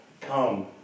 Come